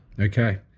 Okay